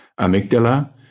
amygdala